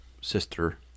sister